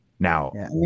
Now